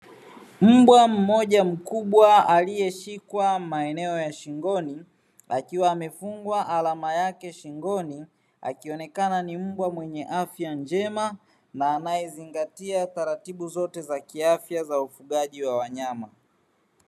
Mbwa mmoja mkubwa aliyeshikwa maeneo ya shingoni akiwa amefungwa alama yake shingoni, akionekana ni mbwa mwenye afya njema na anayezingatia taratibu zote za kiafya za ufugaji wa wanyama.